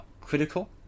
critical